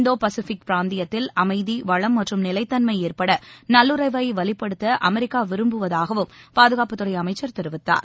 இந்தோ Pacific பிராந்தியத்தில் அமைதி வளம் மற்றும் நிலைத்தன்மை ஏற்பட நல்லுறவை வலுப்படுத்த அமெரிக்கா விரும்புவதாகவும் பாதுகாப்புத்துறை அமைச்சர் தெரிவித்தார்